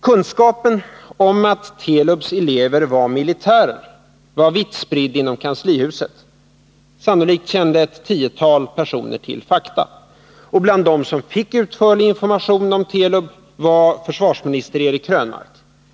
Kunskapen om att Telubs elever var militärer var vitt spridd inom kanslihuset. Sannolikt kände ett tiotal personer till fakta. Bland dem som fick utförlig information om Telub var försvarsminister Eric Krönmark.